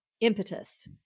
impetus